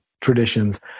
traditions